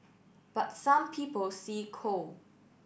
but some people see coal